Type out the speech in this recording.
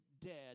dead